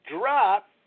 drop